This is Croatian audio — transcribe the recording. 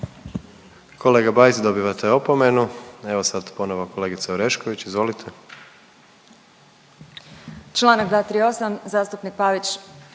Kolega Bajs dobivate opomenu. Evo sad ponovo kolegica Orešković, izvolite. **Orešković, Dalija